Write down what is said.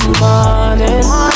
morning